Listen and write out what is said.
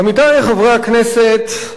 עמיתי חברי הכנסת,